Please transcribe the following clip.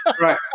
Right